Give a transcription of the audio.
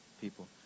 people